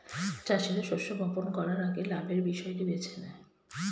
চাষীরা শস্য বপন করার আগে লাভের বিষয়টি বেছে নেয়